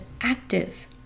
active